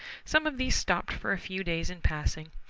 some of these stopped for a few days in passing.